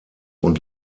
und